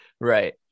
right